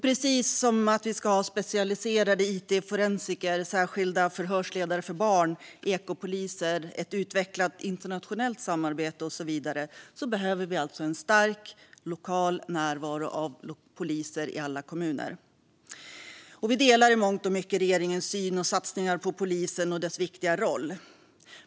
Precis som att vi ska ha specialiserade it-forensiker, särskilda förhörsledare för barn, ekopoliser, ett utvecklat internationellt samarbete och så vidare behöver vi en stark lokal närvaro av poliser i alla kommuner. Vi delar i mångt och mycket regeringens syn och satsningar på polisen och dess viktiga roll.